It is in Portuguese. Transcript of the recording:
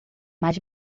mais